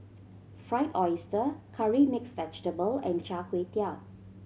Fried Oyster Curry Mixed Vegetable and Char Kway Teow